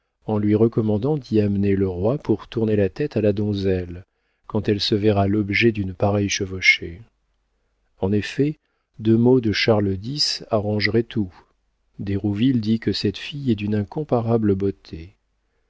en lui recommandant d'y amener le roi pour tourner la tête à la donzelle quand elle se verra l'objet d'une pareille chevauchée en effet deux mots de charles x arrangeraient tout d'hérouville dit que cette fille est d'une incomparable beauté